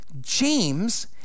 James